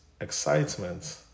excitement